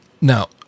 now